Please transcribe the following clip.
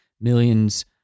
millions